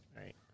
Right